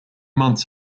months